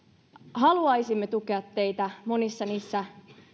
haluaisimme tukea teitä monissa niissä